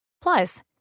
Plus